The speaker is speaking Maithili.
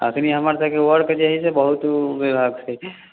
एखनि हमर सभके वर्क जे है से बहुत छै